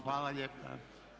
Hvala lijepa.